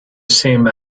same